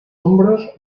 hombros